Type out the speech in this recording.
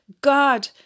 God